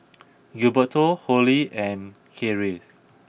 Gilberto Holly and Kathryn